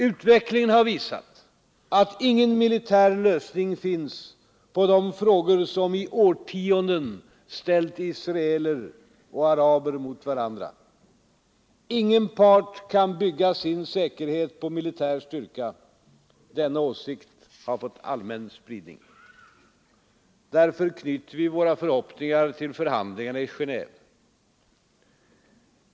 Utvecklingen har visat att ingen militär lösning finns på de frågor som i årtionden ställt israeler och araber mot varandra. Ingen part kan bygga sin säkerhet på militär styrka. Denna åsikt har fått allmän spridning. Därför knyter vi våra förhoppningar till förhandlingarna i Geneve.